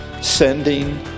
sending